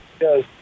Yes